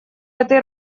этой